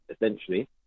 essentially